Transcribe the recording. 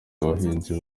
abahinzi